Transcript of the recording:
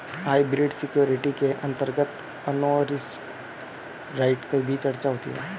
hybrid security के अंतर्गत ownership right की भी चर्चा होती है